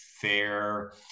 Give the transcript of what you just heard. fair